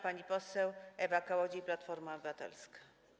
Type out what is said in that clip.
Pani poseł Ewa Kołodziej, Platforma Obywatelska.